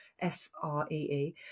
F-R-E-E